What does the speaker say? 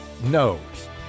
knows